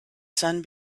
sun